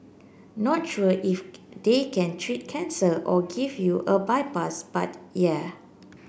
not sure if they can treat cancer or give you a bypass but yeah